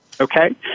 Okay